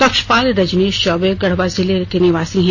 कक्षपाल रजनीश चौबे गढ़वा जिले के निवासी हैं